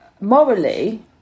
morally